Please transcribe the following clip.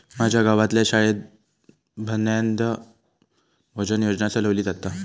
माज्या गावातल्या शाळेत मध्यान्न भोजन योजना चलवली जाता